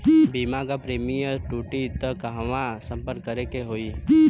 बीमा क प्रीमियम टूटी त कहवा सम्पर्क करें के होई?